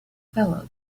fellow